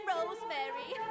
Rosemary